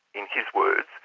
in his words,